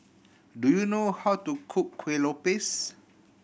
do you know how to cook Kueh Lopes